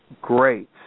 Great